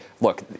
Look